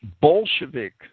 Bolshevik